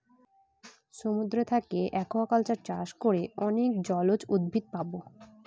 সমুদ্র থাকে একুয়াকালচার চাষ করে অনেক জলজ উদ্ভিদ পাবো